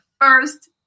first